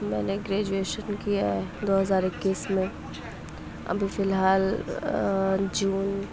میں نے گریجویشن کیا ہے دو ہزار اکیس میں ابھی فی الحال جون